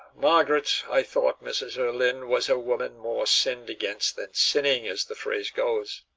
margaret, i thought mrs. erlynne was a woman more sinned against than sinning, as the phrase goes.